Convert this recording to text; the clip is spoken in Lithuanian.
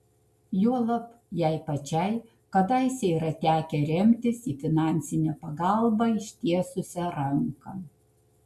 juolab jai pačiai kadaise yra tekę remtis į finansinę pagalbą ištiesusią ranką